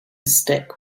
stick